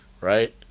right